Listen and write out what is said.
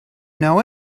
know